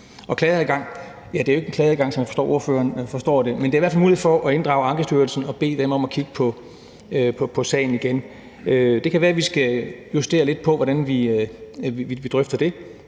jeg sige, at det jo ikke er en klageadgang, sådan som jeg forstår at ordføreren forstår det, men det er i hvert fald en mulighed for at inddrage Ankestyrelsen og bede dem om at kigge på sagen igen. Det kan være, at vi skal justere lidt på, hvordan vi drøfter det,